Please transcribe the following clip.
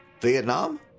Vietnam